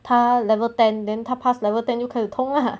他 level ten then 他 pass level ten 就开始痛 ah